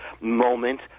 moment